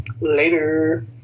Later